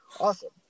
awesome